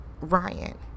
Ryan